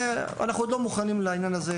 בשלב הזה, אנחנו עדיין לא מוכנים לעניין הזה.